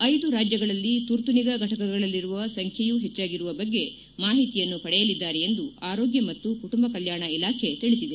ಐದು ರಾಜ್ಯಗಳಲ್ಲಿ ತುರ್ತು ನಿಗಾ ಘಟಕಗಳಲ್ಲಿರುವವರ ಸಂಖ್ಯೆಯೂ ಹೆಚ್ಚಾಗಿರುವ ಬಗ್ಗೆ ಮಾಹಿತಿಯನ್ನು ಪಡೆಯಲಿದ್ದಾರೆ ಎಂದು ಆರೋಗ್ಣ ಮತ್ತು ಕುಟುಂಬ ಕಲ್ಚಾಣ ಇಲಾಖೆ ತಿಳಿಸಿದೆ